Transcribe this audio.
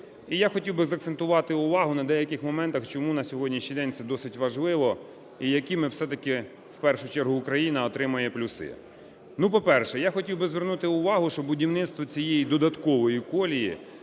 і я хотів би закцентувати увагу на деяких моментах, чому на сьогоднішній день це досить важливо, і які ми все-таки, в першу чергу Україна, отримає плюси. Ну по-перше, я хотів би звернути увагу, що будівництво цієї додаткової колії